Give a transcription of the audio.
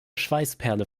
schweißperle